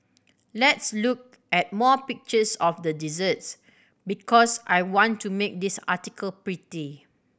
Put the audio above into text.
let's look at more pictures of the desserts because I want to make this article pretty